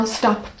stop